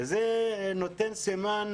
וזה נותן סימן